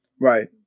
Right